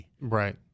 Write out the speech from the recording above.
right